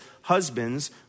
husbands